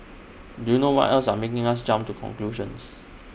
do you know what else are making us jump to conclusions